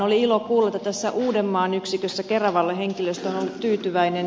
oli ilo kuulla että tässä uudenmaan yksikössä keravalla henkilöstö on ollut tyytyväinen